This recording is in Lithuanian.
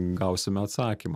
gausime atsakymą